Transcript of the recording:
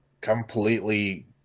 completely